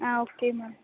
ah okay ma'am